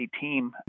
team